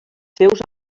seus